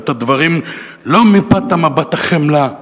לא מפאת מבט החמלה,